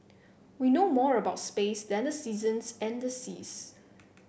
we know more about space than the seasons and the seas